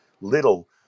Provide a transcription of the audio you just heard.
little